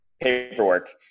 paperwork